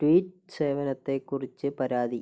tweet സേവനത്തെക്കുറിച്ച് പരാതി